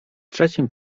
trzecim